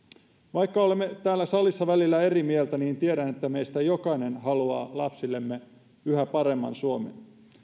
vaikka olemme täällä salissa välillä eri mieltä niin tiedän että meistä jokainen haluaa lapsillemme yhä paremman suomen